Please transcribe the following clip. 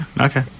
okay